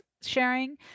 sharing